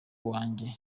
wanjye